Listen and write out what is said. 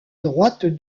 droite